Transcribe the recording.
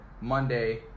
Monday